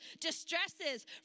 distresses